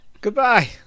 Goodbye